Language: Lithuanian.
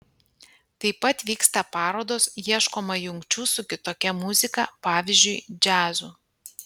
taip pat vyksta parodos ieškoma jungčių su kitokia muzika pavyzdžiui džiazu